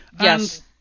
yes